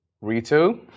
Rito